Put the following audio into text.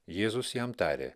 jėzus jam tarė